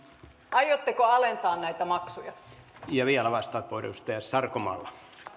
aiotteko alentaa näitä maksuja vielä vastauspuheenvuoro edustaja sarkomaalle arvoisa